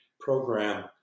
program